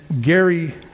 Gary